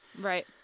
Right